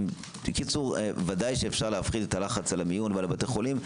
כלומר ודאי שאפשר להפחית את הלחץ על המיון ועל בתי החולים.